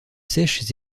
sèches